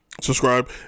subscribe